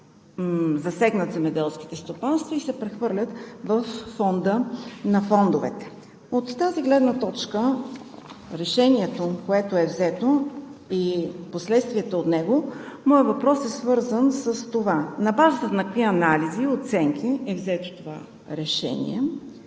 засегнат земеделските стопанства, и се прехвърлят във Фонда на фондовете. От тази гледна точка – решението, което е взето, и последствията от него, моят въпрос е свързан с това: на базата на какви анализи и оценки е взето решението